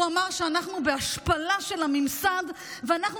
הוא אמר שאנחנו בהשפלה של הממסד ואנחנו